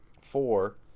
Four